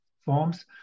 forms